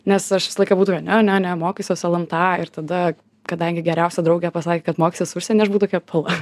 nes aš visą laiką būdavau ne ne ne mokysiuos lmta ir tada kadangi geriausia draugė pasakė kad mokysis užsieny aš buvau tokia pala